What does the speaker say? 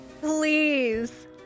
please